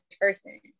person